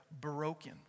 broken